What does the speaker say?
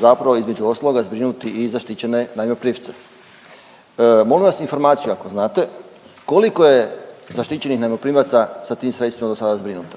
zapravo između ostaloga zbrinuti i zaštićene najmoprimce. Molim vas informaciju ako znate, koliko je zaštićenih najmoprimaca sa tim sredstvima dosada zbrinuto?